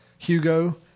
Hugo